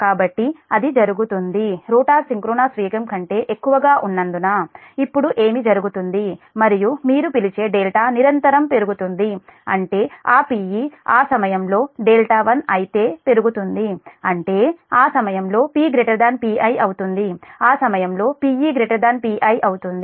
కాబట్టి అది జరుగుతుంది రోటర్ సింక్రోనస్ వేగం కంటే ఎక్కువగా ఉన్నందున ఇప్పుడు ఏమి జరుగుతుంది మరియు మీరు పిలిచే δ నిరంతరం పెరుగుతుంది అంటే ఆ Pe ఆ సమయం లో δ1 అయితే పెరుగుతుంది అంటే ఆ సమయంలో P Pi అవుతుంది ఆ సమయంలో Pe Pi అవుతుంది